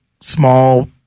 small